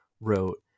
wrote